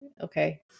okay